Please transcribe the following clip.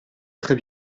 très